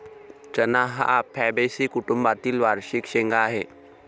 चणा हा फैबेसी कुटुंबातील वार्षिक शेंगा आहे